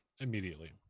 immediately